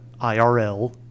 IRL